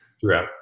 throughout